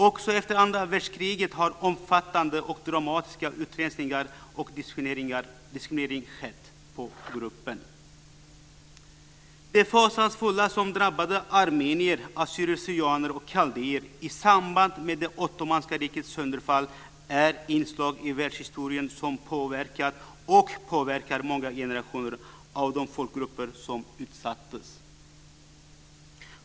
Också efter andra världskriget har omfattande och dramatiska utrensningar och diskriminering skett av gruppen. Det fasansfulla som drabbade armenier, assyrier/syrianer och kaldéer i samband med det ottomanska rikets sönderfall är inslag i världshistorien som har påverkat och påverkar många generationer av de folkgrupper som utsattes.